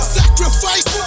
sacrifice